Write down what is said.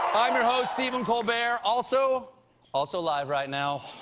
stephen colbert. also also live right now.